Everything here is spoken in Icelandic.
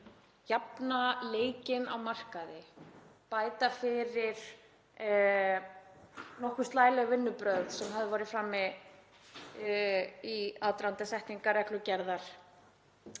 jafna leikinn á markaði, bæta fyrir nokkuð slæleg vinnubrögð sem höfð voru í frammi í aðdraganda setningar reglugerðar